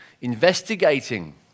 investigating